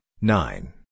nine